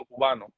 Cubano